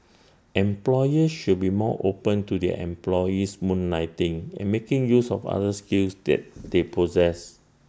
employers should be more open to their employees moonlighting and making use of other skills they they possess